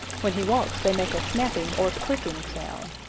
when he walks they make a snapping or clicking sound.